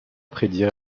prédire